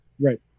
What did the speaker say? Right